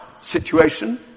situation